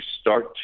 start